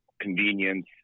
convenience